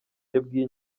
yabwiye